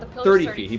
thirty feet.